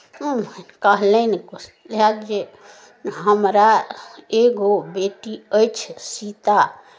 कहलनि उएह जे हमरा एगो बेटी अछि सीता